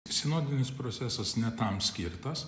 sinodinis procesas ne tam skirtas